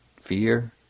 fear